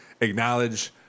acknowledge